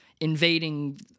invading